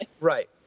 Right